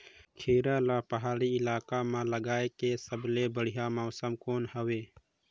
खीरा ला पहाड़ी इलाका मां लगाय के सबले बढ़िया मौसम कोन हवे?